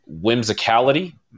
whimsicality